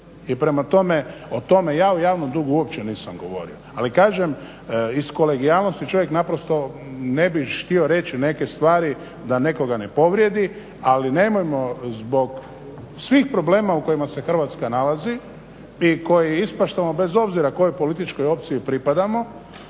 I prema tome, ja o javnom dugu uopće nisam govorio. Ali kažem, iz kolegijalnosti čovjek naprosto ne bi htio reći neke stvari da nekoga ne povrijedi. Ali nemojmo zbog svih problema u kojima se Hrvatska nalazi i koje ispaštamo bez obzira kojoj političkoj opciji pripadamo